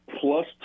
plus